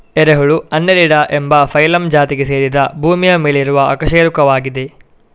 ಎರೆಹುಳು ಅನ್ನೆಲಿಡಾ ಎಂಬ ಫೈಲಮ್ ಜಾತಿಗೆ ಸೇರಿದ ಭೂಮಿಯ ಮೇಲಿರುವ ಅಕಶೇರುಕವಾಗಿದೆ